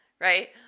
right